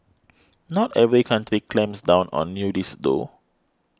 not every country clamps down on nudists though